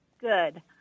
Good